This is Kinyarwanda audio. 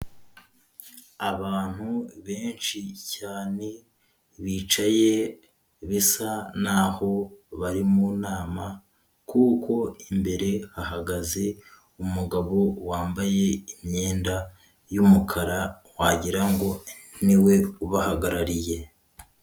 Abantu benshi cyane bicaye, bisa n'aho aho bari mu nama, kuko imbere hahagaze umugabo wambaye imyenda y'umukara, wagira ngo ni we ubahagarariye.